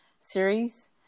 series